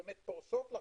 פורסות את